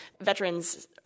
veterans